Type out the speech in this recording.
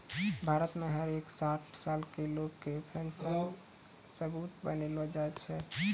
भारत मे हर एक साठ साल के लोग के पेन्शन सबूत बनैलो जाय छै